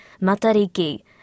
Matariki